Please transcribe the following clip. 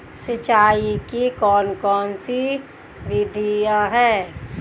सिंचाई की कौन कौन सी विधियां हैं?